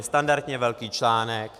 Standardně velký článek.